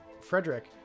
Frederick